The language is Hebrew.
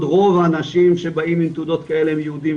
רוב האנשים שבאים עם תעודות כאלה הם יהודים,